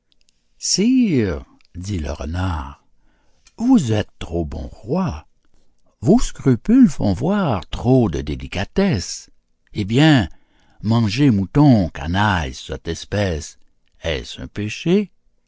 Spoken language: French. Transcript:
dit le renard vous êtes trop bon roi vos scrupules font voir trop de délicatesse eh bien manger moutons canaille sotte espèce est-ce un péché